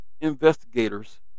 investigators